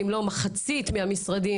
אם לא מנכ"ליות במחצית מהמשרדים.